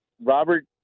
Robert